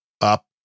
up